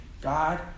God